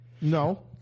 No